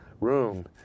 room